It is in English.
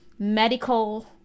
medical